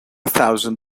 thousand